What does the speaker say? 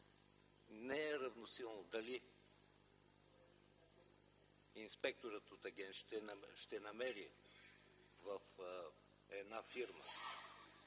не е равносилно дали инспекторът ще намери в една фирма